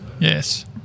yes